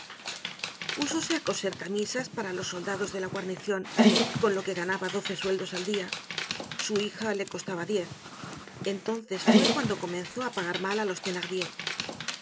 at púsose á coser camisas para los soldados de la guarnicion con lo que ganaba doce sueldos al dia su hija le costaba diez entonces fue cuando comenzó á pagar mal á los